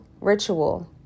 ritual